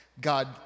God